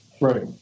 Right